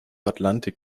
atlantik